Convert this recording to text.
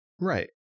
Right